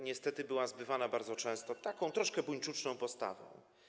Niestety była zbywana bardzo często taką troszkę buńczuczną postawą.